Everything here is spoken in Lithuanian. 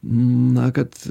na kad